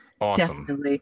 Awesome